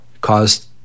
caused